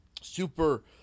super